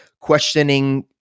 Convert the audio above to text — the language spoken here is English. questioning